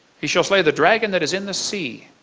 he shall slay the dragon that is in the sea.